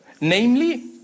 Namely